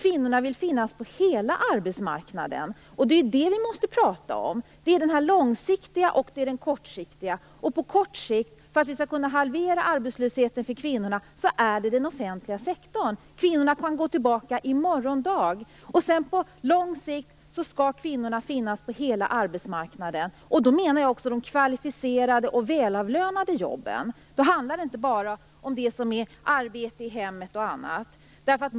Kvinnorna vill finnas på hela arbetsmarknaden, och det är det vi måste prata om. Det finns ett långsiktigt och ett kortsiktigt intresse. När det gäller att halvera arbetslösheten för kvinnorna på kort sikt är det den offentliga sektorn det handlar om. Kvinnorna kan gå tillbaka i morgon dag. På lång sikt skall kvinnorna finnas på hela arbetsmarknaden, och då menar jag också på de kvalificerade och välavlönade jobben. Då handlar det inte bara om det som är arbete i hemmet och liknande.